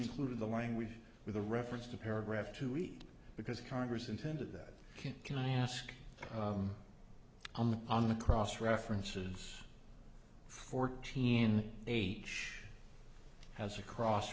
included the language with a reference to paragraph two read because congress intended that can i ask on the on the cross references fourteen age has a cross